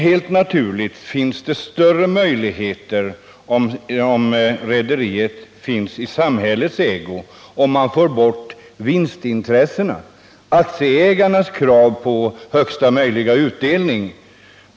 Helt naturligt blir det större möjligheter att åstadkomma en billigare och bättre trafik, om rederiet överförs i samhällelig ägo och man därmed får bort vinstintressena och aktieägarnas krav på största möjliga utdelning.